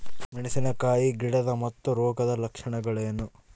ಮೆಣಸಿನಕಾಯಿ ಗಿಡದ ಮುಟ್ಟು ರೋಗದ ಲಕ್ಷಣಗಳೇನು?